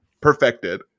perfected